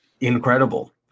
incredible